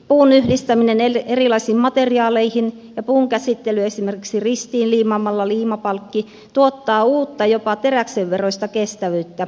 puun yhdistäminen erilaisiin materiaaleihin ja puun käsittely esimerkiksi ristiinliimaamalla liimapalkki tuottaa uutta jopa teräksenveroista kestävyyttä